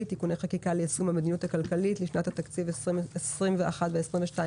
(תיקוני חקיקה ליישום המדיניות הכלכלית לשנות התקציב 2021 ו-2022),